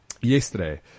yesterday